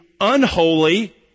unholy